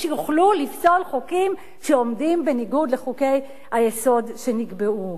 שיוכלו לפסול חוקים שעומדים בניגוד לחוקי-היסוד שנקבעו.